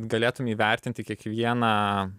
galėtum įvertinti kiekvieną